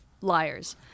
liars